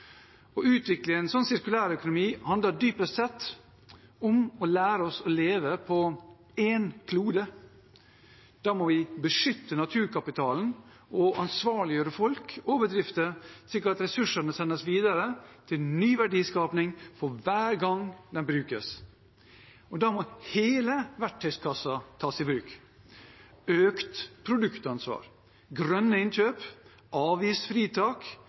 Å utvikle en sirkulær økonomi handler dypest sett om å lære oss å leve på én klode. Da må vi beskytte naturkapitalen og ansvarliggjøre folk og bedrifter, slik at ressursene sendes videre til ny verdiskaping for hver gang de brukes. Da må hele verktøykassen tas i bruk – økt produktansvar, grønne innkjøp, avgiftsfritak,